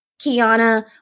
Kiana